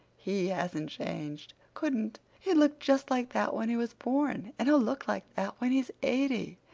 he hasn't changed couldn't! he looked just like that when he was born, and he'll look like that when he's eighty.